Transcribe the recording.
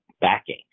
backing